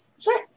Sure